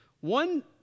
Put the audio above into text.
One